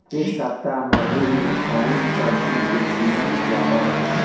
एह सप्ताह मंडी में कउन सब्जी के कीमत ज्यादा रहे?